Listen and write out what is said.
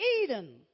Eden